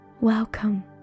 Welcome